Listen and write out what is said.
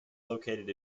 located